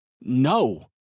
No